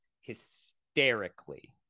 hysterically